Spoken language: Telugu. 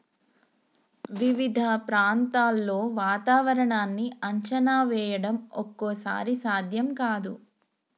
వివిధ ప్రాంతాల్లో వాతావరణాన్ని అంచనా వేయడం ఒక్కోసారి సాధ్యం కాదు